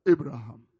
Abraham